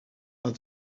but